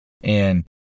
and-